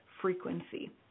frequency